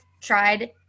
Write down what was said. tried